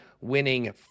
winning